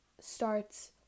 starts